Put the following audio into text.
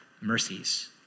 mercies